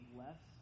less